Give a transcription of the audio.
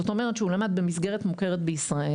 זאת אומרת שהוא למד במסגרת מוכרת בישראל,